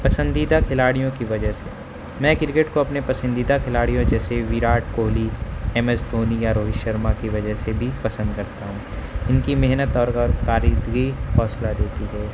پسندیدہ کھلاڑیوں کی وجہ سے میں کرکٹ کو اپنے پسندیدہ کھلاڑیوں جیسے وراٹ کوہلی ایم ایس دھونی یا روہت شرما کی وجہ سے بھی پسند کرتا ہوں ان کی محنت طور اور کارکردگی حوصلہ دیتی ہے